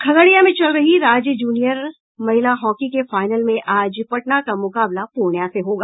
खगड़िया में चल रही राज्य जूनियर महिला हॉकी के फाईनल में आज पटना का मुकाबला पूर्णियां से होगा